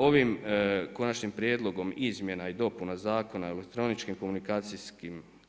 Ovim konačnim prijedlogom izmjena i dopuna Zakona o elektroničkim